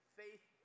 faith